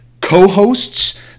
co-hosts